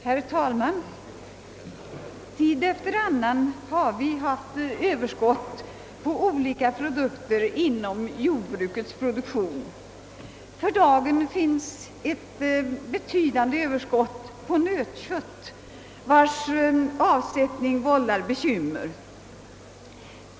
Herr talman! Tid efter annan har vi haft överskott på olika produkter inom jordbruksproduktionen. För dagen har vi ett betydande överskott på nötkött, vars avsättning vållar bekymmer.